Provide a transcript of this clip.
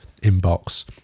inbox